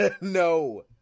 No